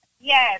Yes